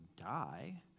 die